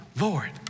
Lord